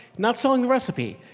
not selling the recipe.